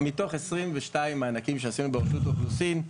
מתוך 22 מענקים שעשינו ברשות האוכלוסין,